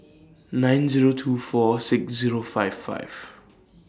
nine Zero two four six Zero five five